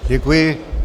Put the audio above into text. Děkuji.